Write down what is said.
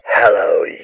Hello